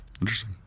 Interesting